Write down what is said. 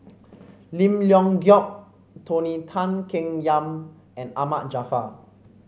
Lim Leong Geok Tony Tan Keng Yam and Ahmad Jaafar